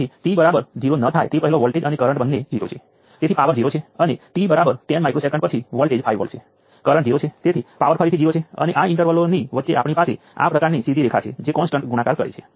તેથી તે બધામાં આપણી પાસે 10 વોલ્ટ છે તેથી V1 એ 10 વોલ્ટ છે અને I1 એ માઈનસ 5 મિલી એમ્પીયર છે